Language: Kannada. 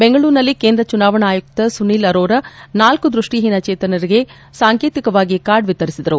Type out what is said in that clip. ಬೆಂಗಳೂರಿನಲ್ಲಿ ಕೇಂದ್ರ ಚುನಾವಣಾ ಆಯುಕ್ತ ಸುನಿಲ್ ಆರೋರ ನಾಲ್ಲು ದೃಷ್ಷಿಹೀನ ಚೇತನರಿಗೆ ಸಾಂಕೇತಿಕವಾಗಿ ಕಾರ್ಡ್ ವಿತರಿಸಿದರು